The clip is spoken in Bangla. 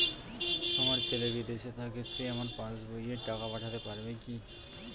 আমার ছেলে বিদেশে থাকে সে আমার পাসবই এ টাকা পাঠাতে পারবে কি?